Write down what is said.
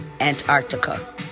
Antarctica